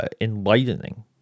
enlightening